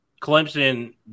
Clemson